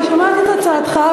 אני שמעתי את הצעתך,